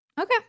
Okay